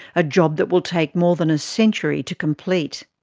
a job that will take more than a century to complete.